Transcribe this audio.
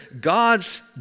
God's